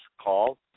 call